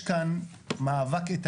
ולכן אני חושב שכדאי לאחד